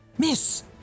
miss